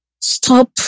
stop